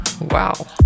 Wow